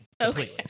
Okay